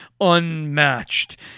unmatched